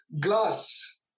Glass